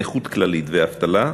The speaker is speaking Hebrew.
נכות כללית ואבטלה,